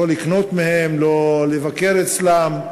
לא לקנות מהם, לא לבקר אצלם,